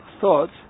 thoughts